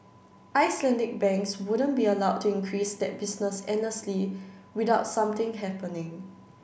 Icelandic banks wouldn't be allowed to increase that business endlessly without something happening